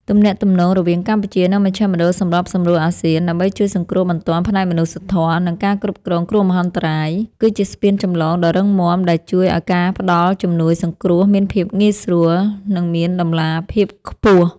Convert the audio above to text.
ទំនាក់ទំនងរវាងកម្ពុជា និងមជ្ឈមណ្ឌលសម្របសម្រួលអាស៊ាន ដើម្បីជួយសង្គ្រោះបន្ទាន់ផ្នែកមនុស្សធម៌ និងការគ្រប់គ្រងគ្រោះមហន្តរាយ គឺជាស្ពានចម្លងដ៏រឹងមាំដែលជួយឱ្យការផ្តល់ជំនួយសង្គ្រោះមានភាពងាយស្រួល និងមានតម្លាភាពខ្ពស់។